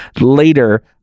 later